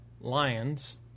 lions